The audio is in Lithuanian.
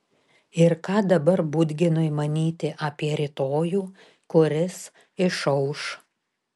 ir ką dabar budginui manyti apie rytojų kuris išauš